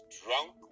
drunk